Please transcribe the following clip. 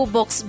Box